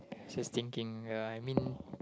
just thinking ya I mean